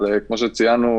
כפי שתמר ציינה,